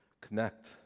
connect